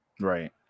right